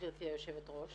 גברתי היושבת-ראש.